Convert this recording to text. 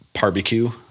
barbecue